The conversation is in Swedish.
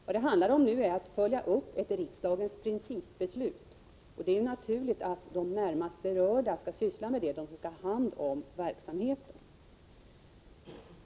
Vad det handlar om nu är att följa upp ett riksdagens principbeslut, och det är naturligt att de närmast berörda skall syssla med det, de som skall ha hand om verksamheten.